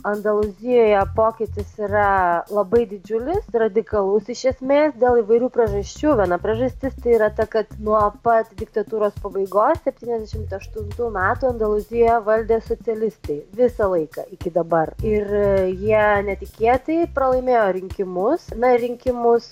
andalūzijoje pokytis yra labai didžiulis radikalus iš esmės dėl įvairių priežasčių viena priežastis tai yra ta kad nuo pat diktatūros pabaigos septyniasdešimt aštuntų metų andalūziją valdė socialistai visą laiką iki dabar ir jie netikėtai pralaimėjo rinkimus na rinkimus